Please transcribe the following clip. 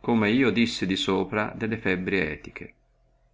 come io dissi di sopra delle febbre etiche